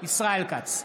ישראל כץ,